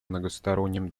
многосторонним